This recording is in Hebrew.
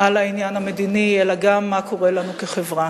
על העניין המדיני, אלא גם מה קורה לנו כחברה,